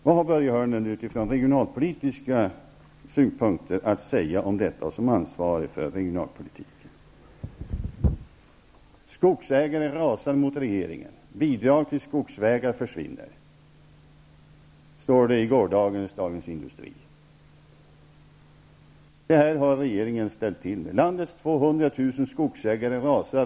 Vad har Börje Hörnlund som ansvarig för regionalpolitiken att säga om detta utifrån regionalpolitiska synpunkter? Skogsägare rasar mot regeringen. Bidrag till skogsvägar försvinner. Så står det i gårdagens Dagens Industri. Det här har regeringen ställt till med. Landets 200 000 skogsägare rasar.